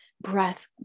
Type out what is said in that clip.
breath